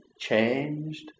changed